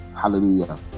hallelujah